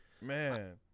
Man